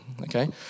Okay